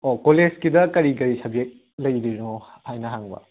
ꯑꯣ ꯀꯣꯂꯦꯖꯀꯤꯗ ꯀꯔꯤ ꯀꯔꯤ ꯁꯕꯖꯦꯛ ꯂꯩꯗꯣꯏꯅꯣ ꯍꯥꯏꯅ ꯍꯪꯕ